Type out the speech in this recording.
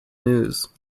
news